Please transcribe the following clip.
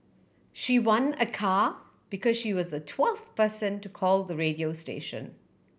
she won a car because she was the twelfth person to call the radio station